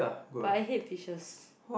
but I hate fishes